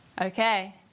Okay